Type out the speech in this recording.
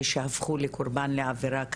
שהפכו לקורבן עבירה כזו,